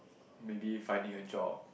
maybe finding a job